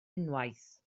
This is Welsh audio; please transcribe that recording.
unwaith